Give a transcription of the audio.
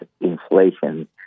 inflation